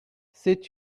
c’est